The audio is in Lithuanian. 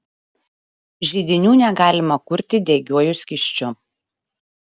židinių negalima kurti degiuoju skysčiu